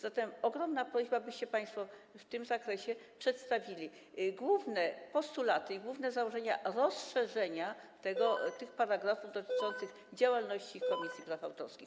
Zatem ogromna prośba, byście państwo w tym zakresie przedstawili główne postulaty i główne założenia rozszerzenia tych paragrafów dotyczących działalności Komisji Prawa Autorskiego.